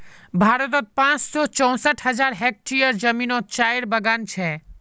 भारतोत पाँच सौ चौंसठ हज़ार हेक्टयर ज़मीनोत चायेर बगान छे